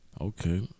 Okay